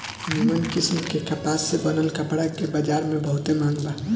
निमन किस्म के कपास से बनल कपड़ा के बजार में बहुते मांग बा